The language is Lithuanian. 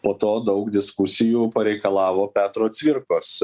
po to daug diskusijų pareikalavo petro cvirkos